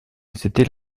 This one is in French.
c’était